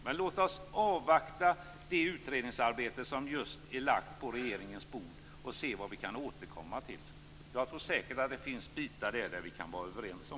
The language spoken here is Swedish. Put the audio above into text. Men låt oss alltså först avvakta det utredningsarbete som just är lagt på regeringens bord för att sedan se vad vi kan återkomma till! Det finns säkert bitar där som vi kan vara överens om.